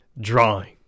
Drawing